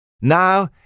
Now